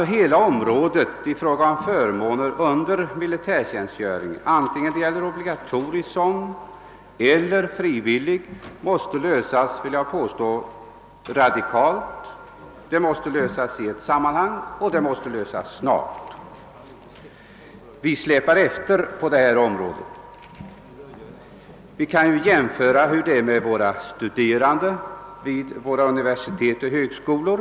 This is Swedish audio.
Jag vill alltså påstå att hela frågan om förmåner under militärtjänstgöring — obligatorisk eller frivillig — måste lösas radikalt, i ett sammanhang och med det snaraste. Vi släpar efter på detta område. Vi kan jämföra med hur det är ordnat för de studerande vid universitet och högskolor.